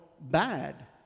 bad